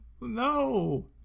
No